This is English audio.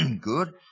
good